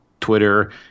Twitter